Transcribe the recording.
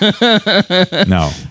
no